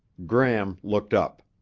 gram looked up.